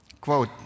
Quote